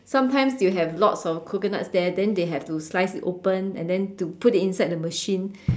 sometimes you have lots of coconuts there then they have to slice it open and then to put it inside the machine